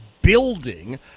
building